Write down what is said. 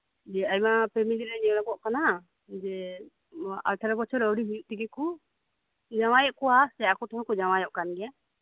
ᱟᱭᱢᱟ ᱯᱷᱮᱢᱮᱞᱤᱨᱮ ᱧᱮᱞᱚᱜᱚᱜ ᱠᱟᱱᱟ ᱡᱮ ᱟᱴᱷᱟᱨᱳ ᱵᱚᱪᱷᱚᱨ ᱟᱹᱣᱨᱤ ᱦᱩᱭᱩᱜ ᱛᱮᱜᱮ ᱠᱳ ᱡᱟᱶᱟᱭ ᱮᱜ ᱠᱚᱣᱟ ᱥᱮ ᱟᱠᱚ ᱛᱮᱦᱚᱸ ᱠᱚ ᱡᱟᱶᱟᱭ ᱚᱜ ᱠᱟᱱ ᱜᱮᱭᱟ